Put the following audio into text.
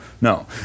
no